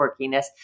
quirkiness